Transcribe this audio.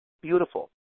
Beautiful